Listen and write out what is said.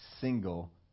single